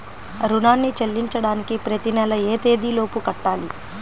రుణాన్ని చెల్లించడానికి ప్రతి నెల ఏ తేదీ లోపు కట్టాలి?